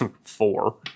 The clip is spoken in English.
four